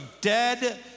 dead